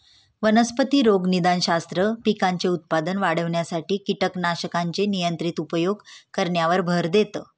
वनस्पती रोगनिदानशास्त्र, पिकांचे उत्पादन वाढविण्यासाठी कीटकनाशकांचे नियंत्रित उपयोग करण्यावर भर देतं